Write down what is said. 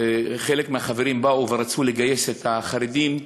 חלק מהחברים באו ורצו לגייס את החרדים,